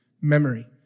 memory